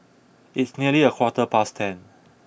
its nearly a quarter past ten